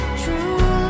true